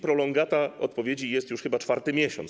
Prolongata odpowiedzi jest już chyba czwarty miesiąc.